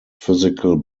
physical